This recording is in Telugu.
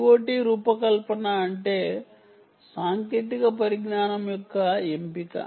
IoT రూపకల్పన అంటే సాంకేతిక పరిజ్ఞానం యొక్క ఎంపిక